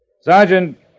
Sergeant